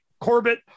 Corbett